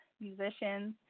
musicians